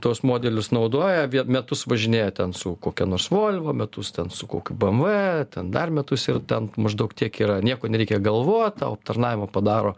tuos modelius naudoja vie metus važinėja ten su kokia nors volvo metus ten su kokiu bmv ten dar metus ir ten maždaug tiek yra nieko nereikia galvot tau aptarnavimą padaro